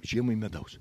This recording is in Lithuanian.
žiemai medaus